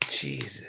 Jesus